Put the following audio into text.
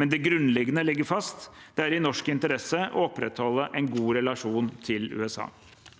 men det grunnleggende ligger fast: Det er i norsk interesse å opprettholde en god relasjon til USA.